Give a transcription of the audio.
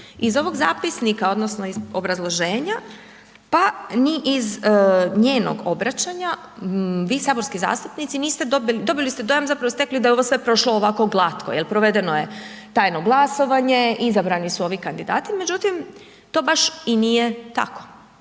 iz ovog zapisnika odnosno iz obrazloženja, pa ni iz njenog obraćanja, vi saborski zastupnici niste dobili, dobili ste dojam zapravo stekli da je ovo sve prošlo ovako glatko jer provedeno je tajno glasovanje, izabrani su ovi kandidati međutim to baš i nije tako.